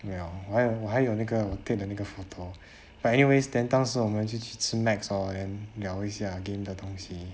well 我还有我还有那个 take 的那个 photo but anyway then 当时我们就去吃 Macs lor then 聊一下 game 的东西